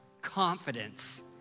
confidence